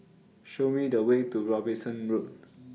Show Me The Way to Robinson Road